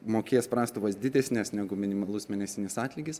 mokės prastovas didesnes negu minimalus mėnesinis atlygis